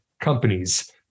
companies